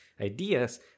ideas